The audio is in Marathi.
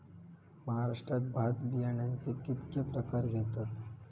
महाराष्ट्रात भात बियाण्याचे कीतके प्रकार घेतत?